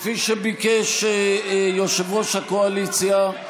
כפי שביקש יושב-ראש הקואליציה,